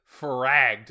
fragged